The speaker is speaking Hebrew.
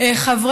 חבר